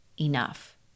enough